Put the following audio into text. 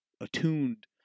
attuned